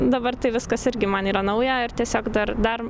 dabar tai viskas irgi man yra nauja ir tiesiog dar dar